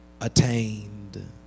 attained